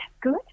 good